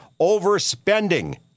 overspending